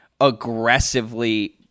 aggressively